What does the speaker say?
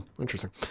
interesting